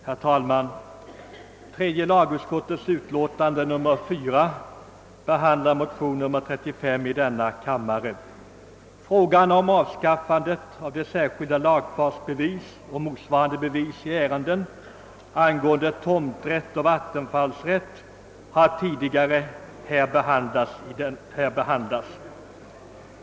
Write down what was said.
Herr talman! Tredje lagutskottets utlåtande nr 4 behandlar motion nr 35 i denna kammare. Frågan om avskaffande av de särskilda lagfartsbevisen och motsvarande bevis i ärenden angående tomträtt och vattenfallsrätt har tidigare behandlats i denna kammare.